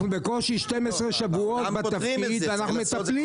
אנחנו בקושי 12 שבועות בתפקיד ואנחנו מטפלים